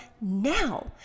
now